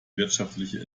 wirtschaftliche